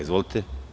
Izvolite.